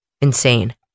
Insane